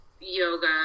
yoga